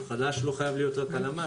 "חלש" לא חייב להיות רק על פי הלמ"ס,